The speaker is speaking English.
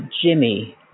Jimmy